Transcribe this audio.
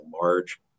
large